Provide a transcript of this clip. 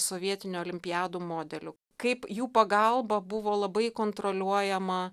sovietiniu olimpiadų modeliu kaip jų pagalba buvo labai kontroliuojama